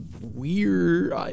weird